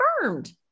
confirmed